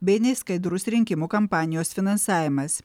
bei neskaidrus rinkimų kampanijos finansavimas